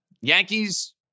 Yankees